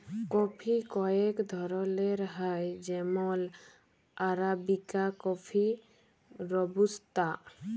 coffee কয়েক ধরলের হ্যয় যেমল আরাবিকা কফি, রবুস্তা